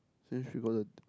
since she got the